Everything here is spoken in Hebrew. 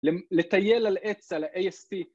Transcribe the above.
לטייל על עץ על ה ast